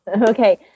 Okay